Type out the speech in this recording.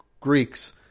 Greeks